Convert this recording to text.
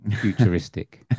Futuristic